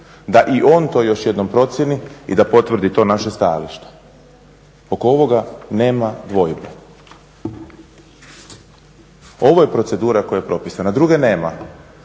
da i on to još jednom procijeni i da potvrdi to naše stajalište. Oko ovoga nema dvojbe. Ovo je procedura koja je propisana, druge nema.